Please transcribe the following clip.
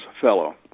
fellow